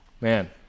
man